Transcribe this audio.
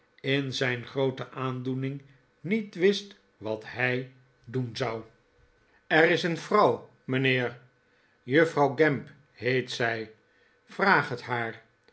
in zijn groote aandoening niet wist wat hij doen zou er is een vrouw mijnheer juffrouw gamp heet zij vraag het haar